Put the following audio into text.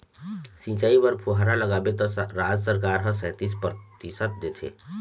सिंचई बर फुहारा लगाबे त राज सरकार ह सैतीस परतिसत देथे